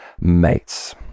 mates